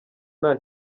nta